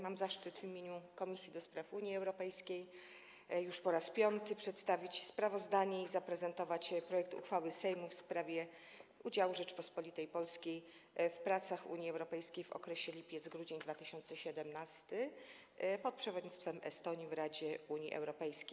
Mam zaszczyt w imieniu Komisji do Spraw Unii Europejskiej już po raz piąty przedstawić sprawozdanie i zaprezentować projekt uchwały Sejmu w sprawie udziału Rzeczypospolitej Polskiej w pracach Unii Europejskiej w okresie lipiec - grudzień 2017 r. (przewodnictwo Estonii w Radzie Unii Europejskiej)